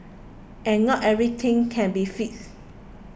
and not everything can be fixed